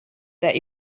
that